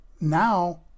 Now